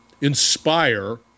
inspire